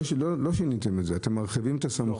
לא שיניתם את זה, אתם מרחיבים את הסמכויות.